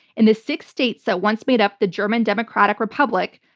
in the six states that once made up the german democratic republic,